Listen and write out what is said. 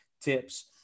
tips